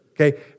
okay